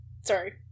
sorry